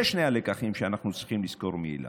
אלה שני הלקחים שאנחנו צריכים לזכור מאילן.